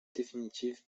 définitive